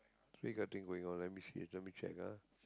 tree cutting going on let me see let me check ah